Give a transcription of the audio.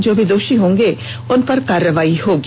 जो भी दोषी होगें उनंपर कार्रवाई होगी